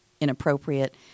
inappropriate